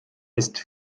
ist